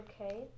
okay